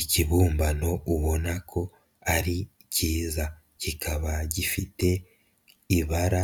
Ikibumbano ubona ko ari cyiza kikaba gifite ibara